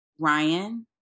Ryan